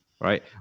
right